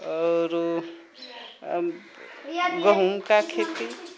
आओर गहूँम का खेती